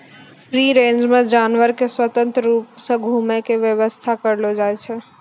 free range मे जानवर के स्वतंत्र रुप से घुमै रो व्याबस्था करलो जाय छै